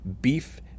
beef